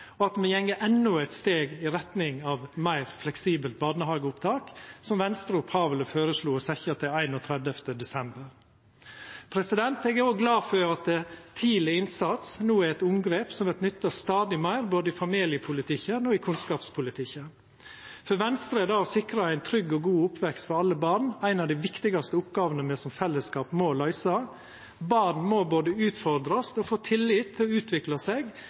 og at me går endå eit steg i retning av eit meir fleksibelt barnehageopptak, som Venstre opphavleg føreslo å setja til 31. desember. Eg er òg glad for at tidleg innsats no er eit omgrep som vert nytta stadig meir både i familiepolitikken og i kunnskapspolitikken. For Venstre er det å sikra ein trygg og god oppvekst for alle barn ei av dei viktigaste oppgåvene me som fellesskap må løysa. Barn må både utfordrast og få tillit til å utvikla seg